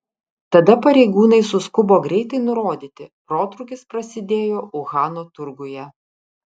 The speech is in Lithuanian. tada pareigūnai suskubo greitai nurodyti protrūkis prasidėjo uhano turguje